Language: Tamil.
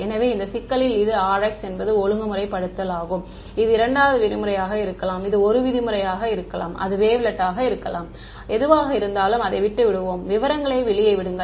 எனவே இந்த சிக்கலில் இந்த Rx என்பது ஒழுங்குமுறைப்படுத்தல் ஆகும் இது 2 விதிமுறையாக இருக்கலாம் இது 1 விதிமுறையாக இருக்கலாம் அது வேவ்லெட் ஆக இருக்கலாம் எதுவாக இருந்தாலும் அதை விட்டுவிடுவோம் விவரங்களை வெளியே விடுங்கள்